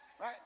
Right